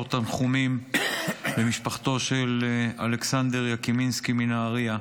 תנחומים למשפחתו של אלכסנדר יקימינסקי מנהריה,